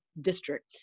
district